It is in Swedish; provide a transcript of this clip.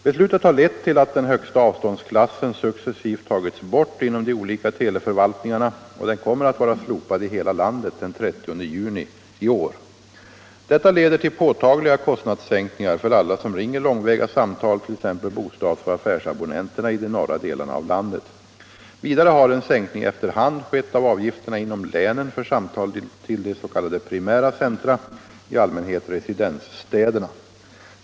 Beslutet har lett till att den högsta avståndsklassen successivt tagits bort inom de olika teleförvaltningarna och den kommer att vara slopad i hela landet den 30 juni i år. Detta leder till påtagliga kostnadssänkningar för alla som ringer långväga samtal, t.ex. bostadsoch affärsabonnenterna i de norra delarna av landet. Vidare har en sänkning efter hand skett av avgifterna inom länen för samtal till de s.k. primära centra — i allmänhet residensstäderna.